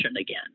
again